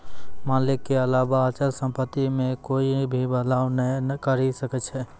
मालिक के अलावा अचल सम्पत्ति मे कोए भी बदलाव नै करी सकै छै